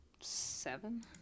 seven